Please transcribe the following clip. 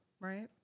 Right